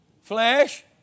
Flesh